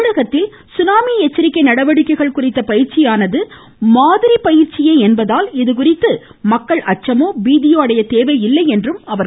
தமிழகத்தில் சுனாமி எச்சரிக்கை நடவடிக்கைகள் குறித்த பயிற்சியானது மாதிரி பயிற்சியே என்பதால் இதுகுறித்து மக்கள் அச்சமோ பீதியோ அடையத் தேவையில்லை என்றார்